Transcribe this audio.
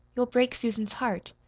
you'll break susan's heart.